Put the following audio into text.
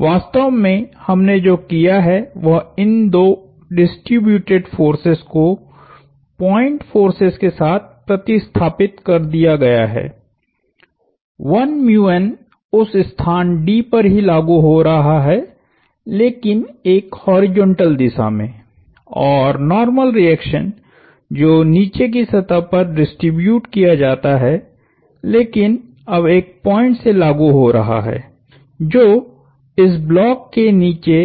वास्तव में हमने जो किया है वह इन दो डिस्ट्रिब्यूटेड फोर्सेस को पॉइंट फोर्सेस के साथ प्रतिस्थापित कर दिया गया है 1 उस स्थान d पर ही लागु हो रहा है लेकिन एक हॉरिजॉन्टल दिशा में और नार्मल रिएक्शन जो नीचे की सतह पर डिस्ट्रिब्यूट किया जाता है लेकिन अब एक पॉइंट से लागु हो रहा है जो इस ब्लॉक के नीचे